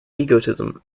egotism